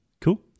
cool